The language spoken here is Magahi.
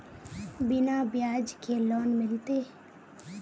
बिना ब्याज के लोन मिलते?